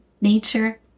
nature